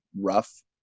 rough